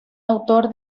autor